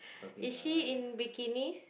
is she in bikinis